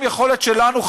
בלי שום יכולת שלנו,